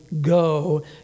go